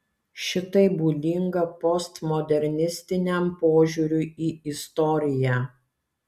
šitai būdinga postmodernistiniam požiūriui į istoriją